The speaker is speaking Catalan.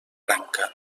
branca